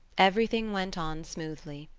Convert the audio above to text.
everything went on smoothly.